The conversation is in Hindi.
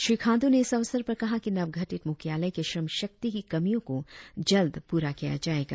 श्री खांडू ने इस अवसर पर कहा कि नव गठित मुख्यालय के श्रम शक्ति की कमियों को जल्द पूरा किया जाएगा